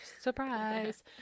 surprise